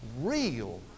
real